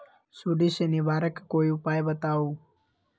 सुडी से निवारक कोई उपाय बताऊँ?